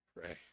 pray